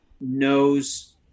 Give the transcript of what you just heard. knows